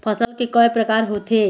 फसल के कय प्रकार होथे?